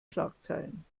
schlagzeilen